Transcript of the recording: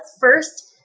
first